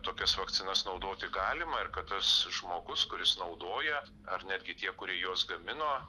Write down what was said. tokias vakcinos naudoti galima ir kad tas žmogus kuris naudoja ar netgi tie kurie juos gamino